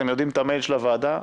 אתם יודעים את המייל של הוועדה.